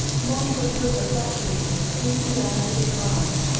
montraville's affection soon began to decline,